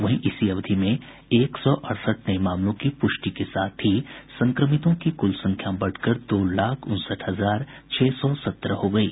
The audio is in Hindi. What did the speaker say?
वहीं इसी अवधि में एक सौ अड़सठ नये मामलों की प्रष्टि के साथ ही संक्रमितों की कुल संख्या बढ़कर दो लाख उनसठ हजार छह सौ सत्रह हो गयी